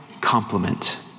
compliment